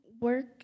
work